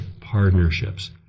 partnerships